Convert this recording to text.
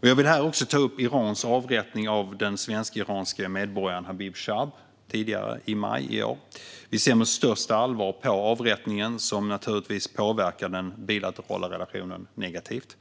Jag vill här också ta upp Irans avrättning av den svensk-iranske medborgaren Habib Chaab i maj i år. Vi ser med största allvar på avrättningen, som naturligtvis påverkar den bilaterala relationen negativt.